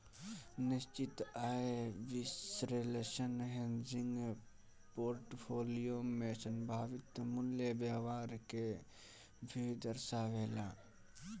निश्चित आय विश्लेषण हेजिंग पोर्टफोलियो में संभावित मूल्य व्यवहार के भी दर्शावेला